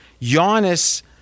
Giannis